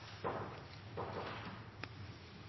Takk,